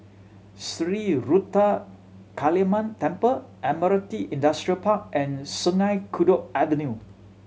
Sri Ruthra Kaliamman Temple Admiralty Industrial Park and Sungei Kadut Avenue